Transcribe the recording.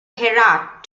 herat